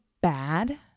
bad